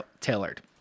tailored